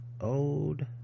old